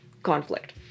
conflict